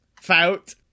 Fout